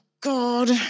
God